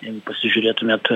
jeigu pasižiūrėtumėt